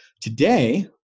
today